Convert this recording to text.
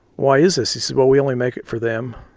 why is this? he said, well, we only make it for them.